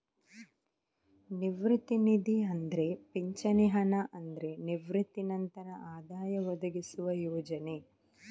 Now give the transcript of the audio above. ನಿವೃತ್ತಿ ನಿಧಿ ಅಂದ್ರೆ ಪಿಂಚಣಿ ಹಣ ಅಂದ್ರೆ ನಿವೃತ್ತಿ ನಂತರ ಆದಾಯ ಒದಗಿಸುವ ಯೋಜನೆ